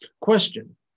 Question